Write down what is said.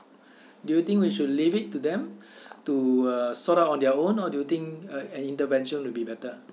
do you think we should leave it to them to uh sort out on their own or do you think uh an intervention will be better